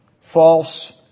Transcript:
false